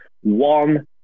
one